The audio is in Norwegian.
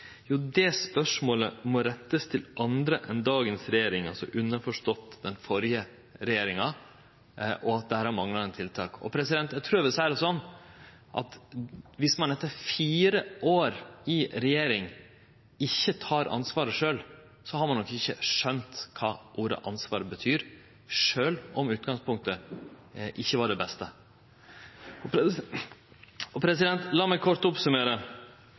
Jo, det spørsmålet må rettast til andre enn dagens regjering – underforstått den førre regjeringa og deira manglande tiltak. Eg trur eg vil seie det sånn at viss ein etter fire år i regjering ikkje tek ansvaret sjølv, har ein ikkje skjønt kva ordet ansvar betyr, sjølv om utgangspunktet ikkje var det beste. Lat meg kort